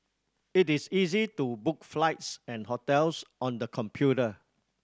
it is easy to book flights and hotels on the computer